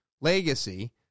Legacy